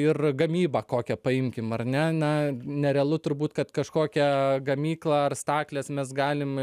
ir gamybą kokią paimkim ar ne na nerealu turbūt kad kažkokią gamyklą ar staklės mes galim